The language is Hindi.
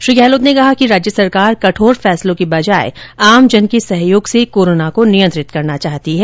श्री गहलोत ने कहा कि राज्य सरकार कठोर फैसलों के बजाए आमजन के सहयोग से कोरोना को नियंत्रित करना चाहती है